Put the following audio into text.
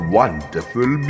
wonderful